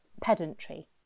pedantry